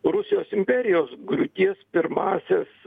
rusijos imperijos griūties pirmąsias